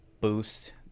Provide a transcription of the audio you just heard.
boost